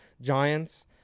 Giants